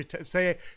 say